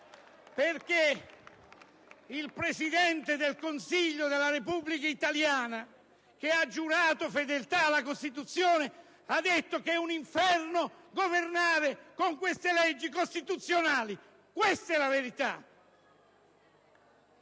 perché il Presidente del Consiglio della Repubblica italiana, che ha giurato fedeltà alla Costituzione, ha detto che è un inferno governare con queste leggi costituzionali. Questa è la verità.